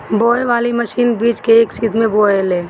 बोवे वाली मशीन बीज के एक सीध में बोवेले